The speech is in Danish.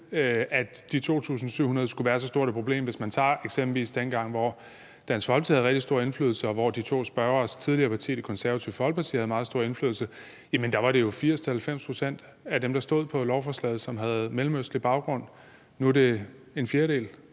at de 2.700 skulle være så stort et problem. Ser man eksempelvis på dengang, hvor Dansk Folkeparti havde rigtig stor indflydelse, og hvor de to spørgeres tidligere parti, Det Konservative Folkeparti, havde meget stor indflydelse, var det jo 80-90 pct. af dem, der stod på lovforslaget, som havde mellemøstlig baggrund. Nu er det en fjerdedel.